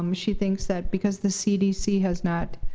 um she thinks that because the cdc has not